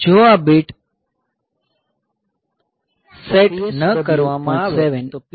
જો આ bit set ન કરવામાં આવે તો PSW